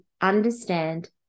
understand